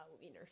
wiener